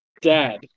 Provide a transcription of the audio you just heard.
Dad